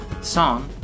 song